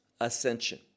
ascension